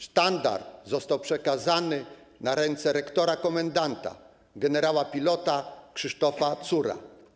Sztandar został przekazany na ręce rektora-komendanta gen. pilota Krzysztofa Cura.